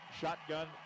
shotgun